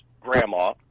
grandma